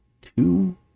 two